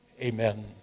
Amen